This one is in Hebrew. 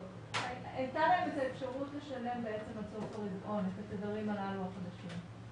הייתה להם את האפשרות לשלם עד סוף הרבעון את התדרים הללו החדשים.